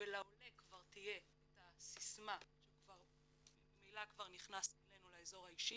ולעולה תהיה את הסיסמה שהוא ממילא כבר נכנס אלינו לאזור האישי,